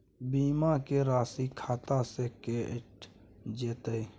बीमा के राशि खाता से कैट जेतै?